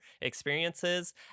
experiences